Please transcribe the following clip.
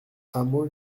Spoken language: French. hameau